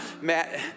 Matt